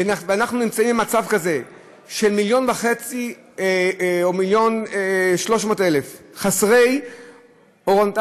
ואנחנו נמצאים במצב כזה של 1.5 מיליון או 1.3 מיליון חסרי אוריינטציה